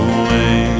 away